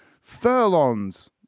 furlongs